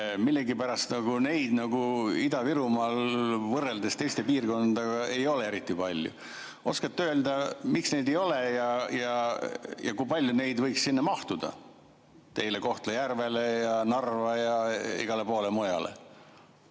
millegipärast neid nagu Ida-Virumaal võrreldes teiste piirkondadega ei ole eriti palju. Oskate te öelda, miks neid seal ei ole? Kui palju neid võiks sinna mahtuda, teile Kohtla-Järvele ja Narva ja igale poole mujale?